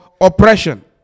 oppression